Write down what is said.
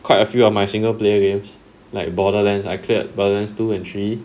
quite a few of my single player games like borderlands I cleared borderlands two and three